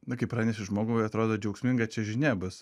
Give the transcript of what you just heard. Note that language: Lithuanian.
na kaip praneši žmogui atrodo džiaugsminga žinia bus